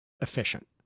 efficient